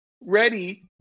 ready